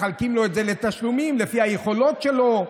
מחלקים לו את זה לתשלומים לפי היכולות שלו,